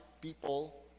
people